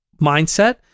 mindset